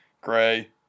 Gray